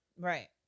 right